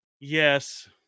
Yes